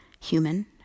human